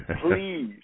Please